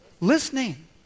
Listening